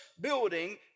building